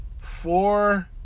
four